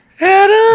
Adam